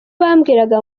bambwiraga